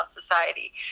society